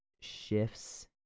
shifts